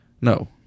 No